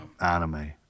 anime